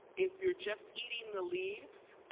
if you're just eating the leaves,